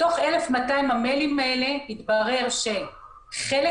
מתוך 1,200 המיילים האלה התברר שבחלק